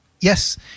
yes